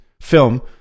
film